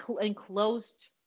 enclosed